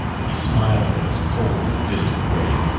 he smiled in his cold, distant way.